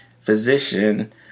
physician